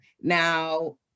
Now